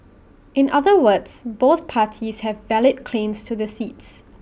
in other words both parties have valid claims to the seats